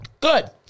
Good